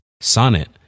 Sonnet